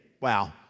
wow